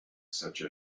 such